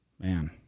Man